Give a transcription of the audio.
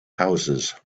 houses